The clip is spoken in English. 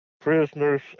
prisoners